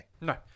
No